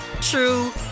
true